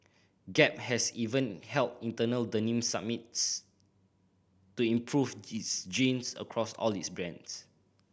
Gap has even held internal denim summits to improve its jeans across all its brands